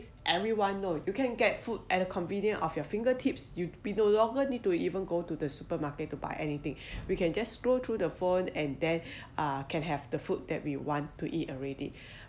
everyone know you can get food at a convenience of your finger tips you'd be no longer need to even go to the supermarket to buy anything we can just scroll through the phone and then uh can have the food that we want to eat already